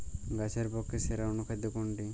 গাছের পক্ষে সেরা অনুখাদ্য কোনটি?